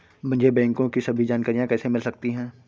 मुझे बैंकों की सभी जानकारियाँ कैसे मिल सकती हैं?